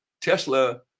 Tesla